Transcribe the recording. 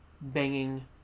banging